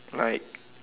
like